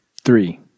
Three